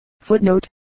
footnote